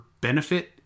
benefit